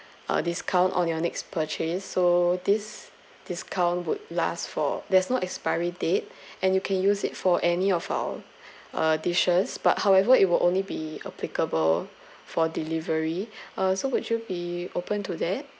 uh discount on your next purchase so this discount would last for there's no expiry date and you can use it for any of our uh dishes but however it will only be applicable for delivery uh so would you be open to that